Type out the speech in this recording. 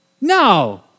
No